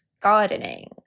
gardening